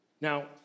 Now